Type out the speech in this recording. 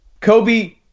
Kobe